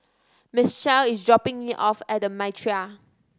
Michell is dropping me off at The Mitraa